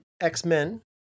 X-Men